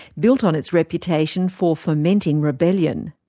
built on its reputation for fomenting rebellion.